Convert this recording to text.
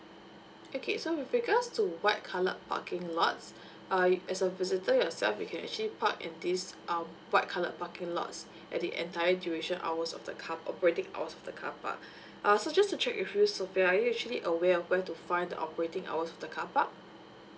okay so with regards to white colour parking lots uh as a visitor yourself you can actually park in this um white colour parking lots at the entire duration hours of the car operating hours of the car park uh so just to check with you sofea are you actually aware where to find the operating hours of the car park